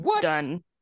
done